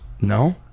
No